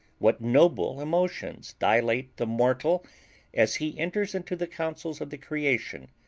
what noble emotions dilate the mortal as he enters into the counsels of the creation,